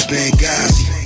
Benghazi